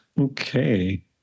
okay